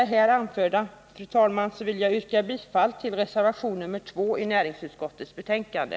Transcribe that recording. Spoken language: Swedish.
Jag vill med det framförda yrka bifall till reservation 2 i näringsutskottets betänkande.